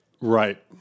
Right